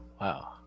wow